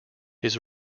his